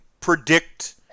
predict